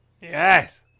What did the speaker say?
Yes